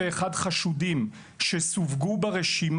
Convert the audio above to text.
1,216 תיקי חקירה שנפתחו בגין